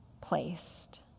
placed